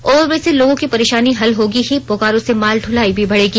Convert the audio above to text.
overbridge से लोगों की परेशानी हल होगी ही बोकारो से माल ढलाई भी बढ़ेगी